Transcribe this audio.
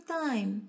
time